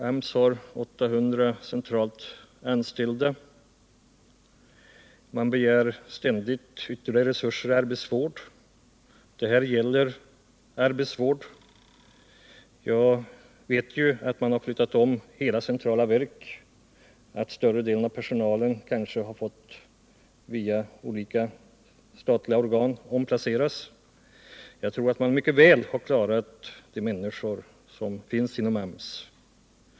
AMS har 800 centralt anställda och begär ständigt ytterligare resurser för arbetsvård. Jag vet att hela centrala verk har flyttats och att större delen av personalen där kanske har omplacerats vid olika statliga organ. Jag tror att man mycket bra har kunnat klara placeringen av de människor som finns inom AMS.